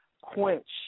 Quench